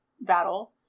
battle